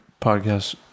Podcast